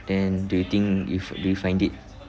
and do you think if do you find it